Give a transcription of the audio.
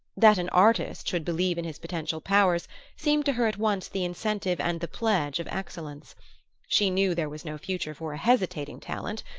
that an artist should believe in his potential powers seemed to her at once the incentive and the pledge of excellence she knew there was no future for a hesitating talent.